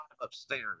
upstairs